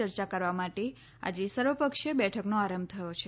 ચર્ચા કરવા માટે આજે સર્વપક્ષીય બેઠકનો આરંભ થયો છે